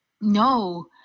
No